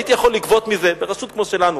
יכולתי לגבות מזה ברשות כמו שלנו